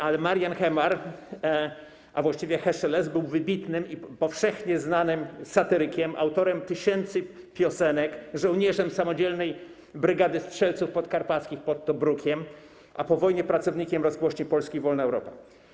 Ale Marian Hemar, a właściwie Hescheles, był wybitnym i powszechnie znanym satyrykiem, autorem tysięcy piosenek, żołnierzem samodzielnej Brygady Strzelców Karpackich pod Tobrukiem, a po wojnie pracownikiem Rozgłośni Polskiej Radia Wolna Europa.